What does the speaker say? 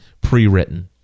pre-written